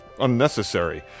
unnecessary